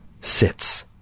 sits